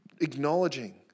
acknowledging